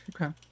okay